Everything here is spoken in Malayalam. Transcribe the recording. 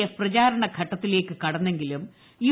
എഫ് പ്രചരണ ഘട്ടത്തിലേക്ക് കടന്നെങ്കിലും യു